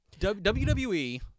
WWE